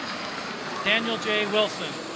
daniel j wilson